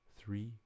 three